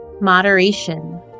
moderation